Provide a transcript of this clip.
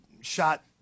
shot